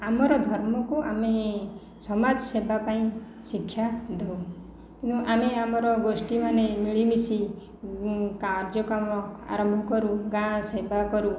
ଆମର ଧର୍ମକୁ ଆମେ ସମାଜ ସେବା ପାଇଁ ଶିକ୍ଷା ଦେଉ ଆମେ ଆମର ଗୋଷ୍ଠୀ ମାନେ ମିଳିମିଶି କାର୍ଯ୍ୟକ୍ରମ ଆରମ୍ଭ କରୁ ଗାଁ ସେବା କରୁ